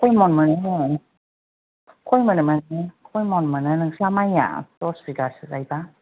खय मन मोनो खय मन मोनो खय मन मोनो नोंस्रा माइआ दस बिगासो गायबा